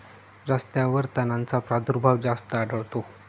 रस्त्यांवर तणांचा प्रादुर्भाव जास्त आढळतो